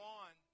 on